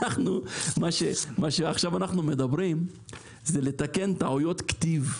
מה שאנחנו עכשיו מדברים הוא לדבר טעויות כתיב.